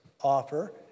offer